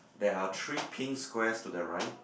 there are three pink squares to the right